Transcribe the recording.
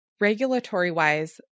regulatory-wise